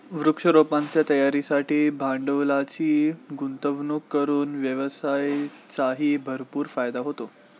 वृक्षारोपणाच्या तयारीसाठी भांडवलाची गुंतवणूक करून व्यवसायाचाही भरपूर फायदा होतो